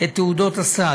את תעודות הסל.